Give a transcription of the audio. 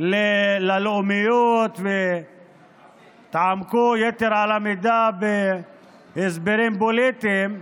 ללאומיות והתעמקו יתר על המידה בהסברים פוליטיים.